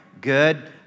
Good